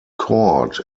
cord